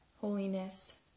holiness